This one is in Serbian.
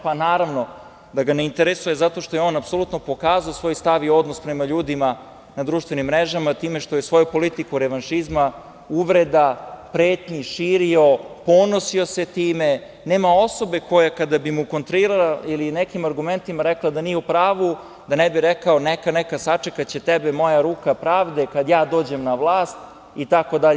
Pa, naravno da ga ne interesuje zato što je on apsolutno pokazao svoj stav i odnos prema ljudima na društvenim mrežama time što je svoju politiku revanšizma, uvreda, pretnji širio, ponosio se time, nema osobe koja kada bi mu kontrirala ili nekim argumentima rekla da nije u pravu da ne bi rekao - neka, neka, sačekaće tebe moja ruka pravde kada ja dođem na vlast, itd.